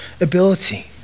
ability